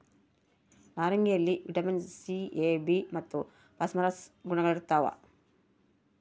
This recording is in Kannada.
ನಾರಂಗಿಯಲ್ಲಿ ವಿಟಮಿನ್ ಸಿ ಎ ಬಿ ಮತ್ತು ಫಾಸ್ಫರಸ್ ಗುಣಗಳಿರ್ತಾವ